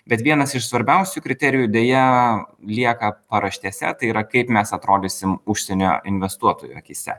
bet vienas iš svarbiausių kriterijų deja lieka paraštėse tai yra kaip mes atrodysim užsienio investuotojų akyse